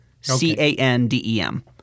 C-A-N-D-E-M